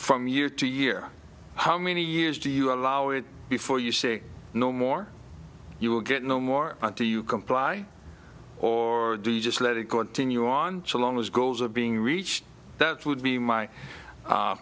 from year to year how many years do you allow it before you say no more you will get no more until you comply or do you just let it continue on so long as goals are being reached that would be my